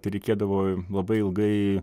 tai reikėdavo labai ilgai